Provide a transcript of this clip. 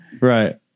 Right